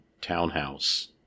townhouse